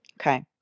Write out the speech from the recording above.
okay